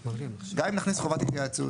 גם אם נכניס חובת התייעצות,